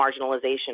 marginalization